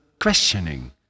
questioning